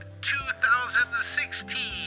2016